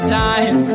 time